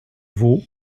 vaud